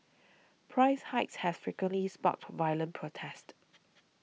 price hikes have frequently sparked violent protests